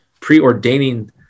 preordaining